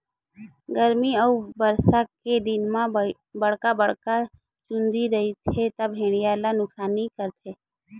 गरमी अउ बरसा के दिन म बड़का बड़का चूंदी रइही त भेड़िया ल नुकसानी करथे